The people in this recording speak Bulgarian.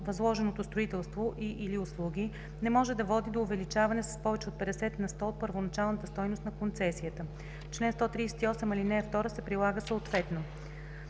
възложеното строителство и/или услуги не може да води до увеличаване с повече от 50 на сто на първоначалната стойност на концесията. Член 138, ал. 2 се прилага съответно.“